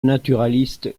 naturaliste